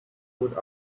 would